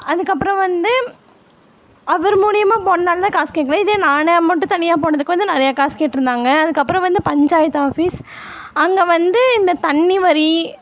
அதுக்கப்புறம் வந்து அவர் மூலிமா போனனால் தான் காசு கேட்கல இதே நானாக மட்டும் தனியாக போனதுக்கு வந்து நிறையா காசு கேட்டுருந்தாங்க அதுக்கப்புறம் வந்து பஞ்சாயத்து ஆஃபீஸ் அங்கே வந்து இந்த தண்ணி வரி